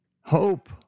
hope